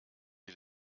die